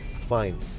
fine